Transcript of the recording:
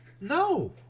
No